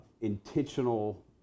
intentional